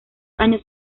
años